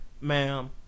ma'am